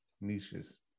niches